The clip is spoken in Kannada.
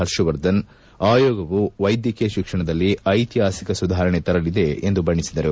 ಪರ್ಷವರ್ಧನ್ ಅಯೋಗವು ವೈದ್ಯಕೀಯ ಶಿಕ್ಷಣದಲ್ಲಿ ಐತಿಹಾಸಿಕ ಸುಧಾರಣೆ ತರಲಿದೆ ಎಂದು ಬಣ್ಣಿಸಿದರು